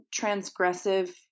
transgressive